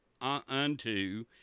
unto